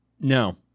No